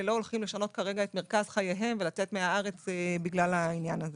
לא הולכים לשנות את מרכז חייבם ולצאת מהארץ בגלל העניין הזה